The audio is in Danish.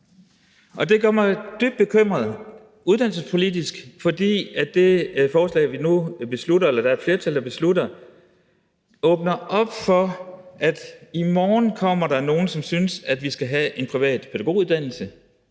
Og det gør mig dybt bekymret uddannelsespolitisk, fordi det forslag, vi nu beslutter, eller rettere som et flertal beslutter, åbner op for, at der i morgen kommer nogen, som synes, at vi skal have en privat pædagoguddannelse,